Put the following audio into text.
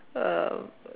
um